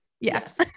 Yes